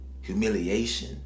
Humiliation